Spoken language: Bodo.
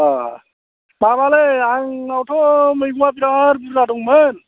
अ माबालै आंनावथ' मैगंआ बिराद बुरजा दंमोन